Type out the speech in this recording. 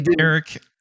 Eric